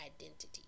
identity